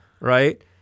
right